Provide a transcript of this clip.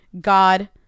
God